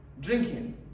Drinking